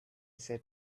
said